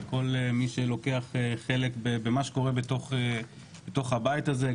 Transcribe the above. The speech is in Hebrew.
את כל מי שלוקח חלק במה שקורה בתוך הבית הזה.